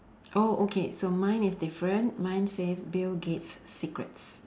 oh okay so mine is different mine says bill-gates' secrets